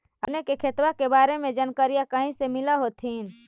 अपने के खेतबा के बारे मे जनकरीया कही से मिल होथिं न?